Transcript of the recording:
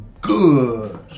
good